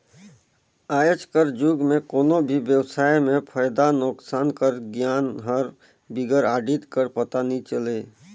आएज कर जुग में कोनो भी बेवसाय में फयदा नोसकान कर गियान हर बिगर आडिट कर पता नी चले